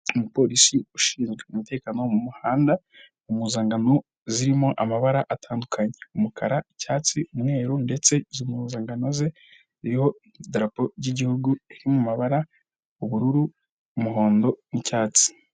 Umupolisi ushinzwe umutekano wo mu muhanda, impuzangano zirimo amabara atandukanye umukara, icyatsi, umweru ndetse izo mpuzangano ze ziriho idarapo ry'igihugu riri mu mabara ubururu, umuhondo n'icyatsi.